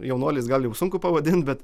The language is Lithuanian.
jaunuoliais gal jau sunku pavadint bet